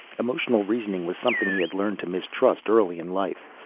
emotional reasoning was something he had learned to mistrust early in life.